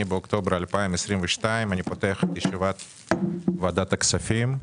2 באוקטובר 2022. אני פותח את ישיבת ועדת הכספים.